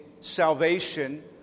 salvation